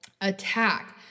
attack